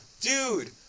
dude